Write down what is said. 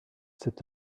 cet